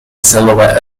silhouette